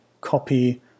copy